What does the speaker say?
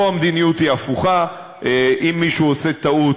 פה המדיניות היא הפוכה, אם מישהו עושה טעות,